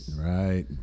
right